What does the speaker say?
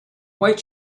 white